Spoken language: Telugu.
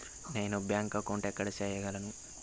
నేను బ్యాంక్ అకౌంటు ఎక్కడ సేయగలను